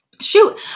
Shoot